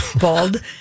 bald